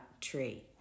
tree